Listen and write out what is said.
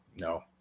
no